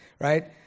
right